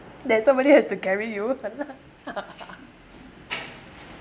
then somebody has to carry you